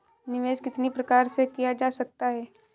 निवेश कितनी प्रकार से किया जा सकता है?